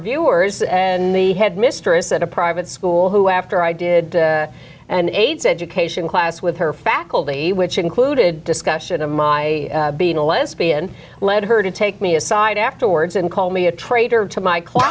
viewers and the headmistress at a private school who after i did and aids education class with her faculty which included discussion of my being a lesbian led her to take me aside afterwards and call me a traitor to my cl